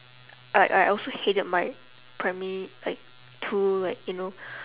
I I also hated my primary like two like you know